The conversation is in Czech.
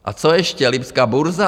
A co ještě lipská burza?